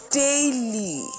daily